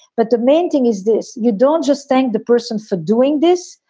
but the main thing is this you don't just thank the person for doing this.